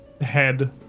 head